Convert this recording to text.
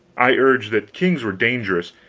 i urged that kings were dangerous.